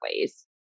ways